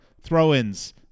throw-ins